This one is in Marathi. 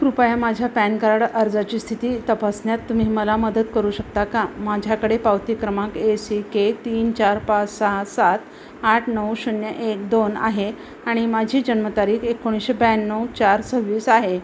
कृपया माझ्या पॅन कार्ड अर्जाची स्थिती तपासण्यात तुम्ही मला मदत करू शकता का माझ्याकडे पावती क्रमांक ए सी के तीन चार पाच सहा सात आठ नऊ शून्य एक दोन आहे आणि माझी जन्मतारीख एकोणीसशे ब्याण्णव चार सव्वीस आहे